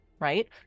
right